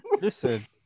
listen